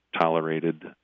tolerated